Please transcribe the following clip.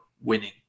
winning